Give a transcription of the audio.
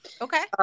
Okay